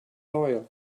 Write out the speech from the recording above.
loyal